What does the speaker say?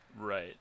Right